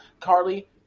Carly